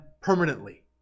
permanently